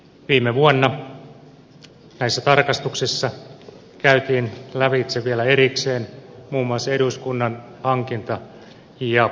viime vuonna näissä tarkastuksissa käytiin lävitse vielä erikseen muun muassa eduskunnan hankinta ja palkkaprosessi